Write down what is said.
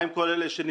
מה עם כל אלה שנדקרים?